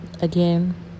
again